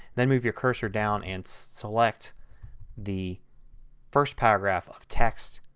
then move your cursor down and so select the first paragraph of text